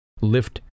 Lift